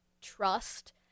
trust